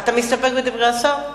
אתה מסתפק בדברי השר?